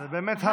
זה באמת ה-שר.